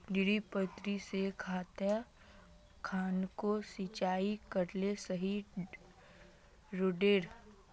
डिरिपयंऋ से खेत खानोक सिंचाई करले सही रोडेर?